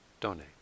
donate